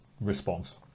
response